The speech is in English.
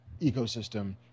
ecosystem